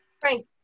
Frank